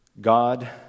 God